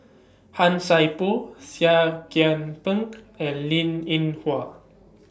Han Sai Por Seah Kian Peng and Linn in Hua